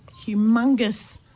humongous